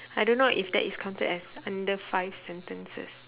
I don't know if that is counted as under five sentences